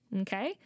Okay